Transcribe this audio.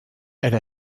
elle